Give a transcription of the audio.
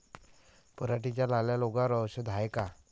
पराटीच्या लाल्या रोगावर औषध हाये का?